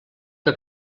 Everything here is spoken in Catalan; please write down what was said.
que